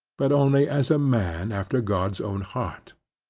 but only as a man after god's own heart.